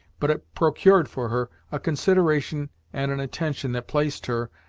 but it procured for her a consideration and an attention that placed her,